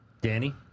Danny